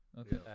Okay